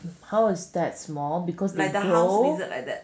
how is that small because it grows